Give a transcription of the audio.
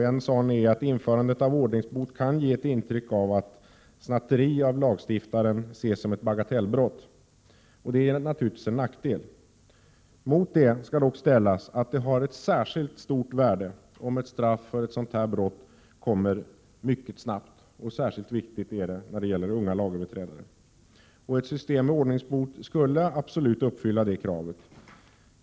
En sådan är att införande av ordningsbot kan ge intryck av att snatteri av lagstiftaren ses som ett ”bagatellbrott”. Det är givetvis en nackdel. Mot detta skall dock ställas att det har ett särskilt värde, om straffet för ett sådant här brott kommer snabbt. Särskilt viktigt är det när det gäller unga lagöverträdare, och ett system med ordningsbot skulle uppfylla det kravet.